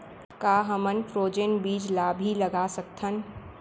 का हमन फ्रोजेन बीज ला भी लगा सकथन?